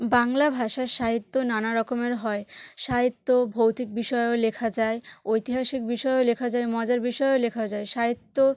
বাংলা ভাষা সাহিত্য নানা রকমের হয় সাহিত্য ভৌতিক বিষয়েও লেখা যায় ঐতিহাসিক বিষয়েও লেখা যায় মজার বিষয়েও লেখা যায় সাহিত্য